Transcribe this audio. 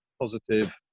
positive